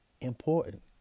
Important